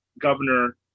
governor